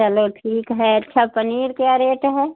चलो ठीक है अच्छा पनीर क्या रेट है